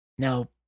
Now